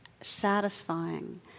satisfying